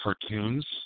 cartoons